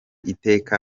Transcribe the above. iteka